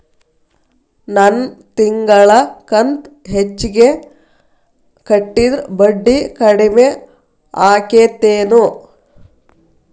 ನನ್ ತಿಂಗಳ ಕಂತ ಹೆಚ್ಚಿಗೆ ಕಟ್ಟಿದ್ರ ಬಡ್ಡಿ ಕಡಿಮಿ ಆಕ್ಕೆತೇನು?